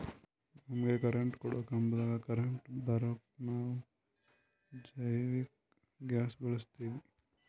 ನಮಗ ಕರೆಂಟ್ ಕೊಡೊ ಕಂಬದಾಗ್ ಕರೆಂಟ್ ಬರಾಕ್ ನಾವ್ ಜೈವಿಕ್ ಗ್ಯಾಸ್ ಬಳಸ್ತೀವಿ